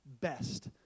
best